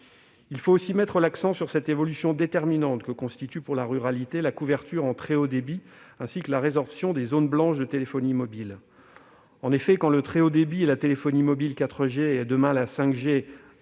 Il faut aussi mettre l'accent sur l'évolution déterminante que constituent pour la ruralité la couverture en très haut débit et la résorption des zones blanches de téléphonie mobile. En effet, quand le très haut débit et la téléphonie mobile 4G, puis la 5G